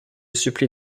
supplie